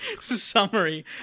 summary